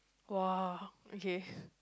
[wah] okay